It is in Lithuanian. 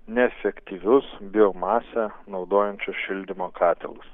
neefektyvius biomasę naudojančius šildymo katilus